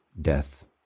death